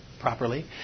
properly